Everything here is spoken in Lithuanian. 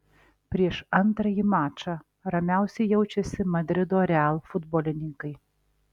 prieš antrąjį mačą ramiausiai jaučiasi madrido real futbolininkai